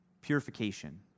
Purification